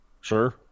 Sure